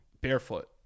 barefoot